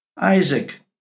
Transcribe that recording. Isaac